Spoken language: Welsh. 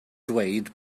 dweud